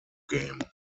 game